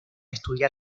estudiar